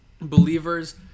believers